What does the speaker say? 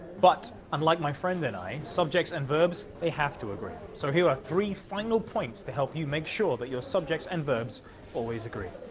but, unlike my friend and i, subjects and verbs, they have to agree. so, here are three final points to help you make sure that your subjects and verbs always agree.